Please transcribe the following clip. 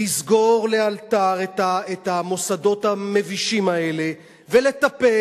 לסגור לאלתר את המוסדות המבישים האלה ולטפל